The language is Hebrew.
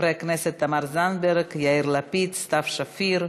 חברי הכנסת תמר זנדברג, יאיר לפיד, סתיו שפיר,